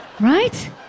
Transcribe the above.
right